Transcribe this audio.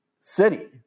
city